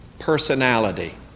Personality